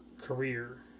career